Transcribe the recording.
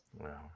wow